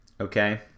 okay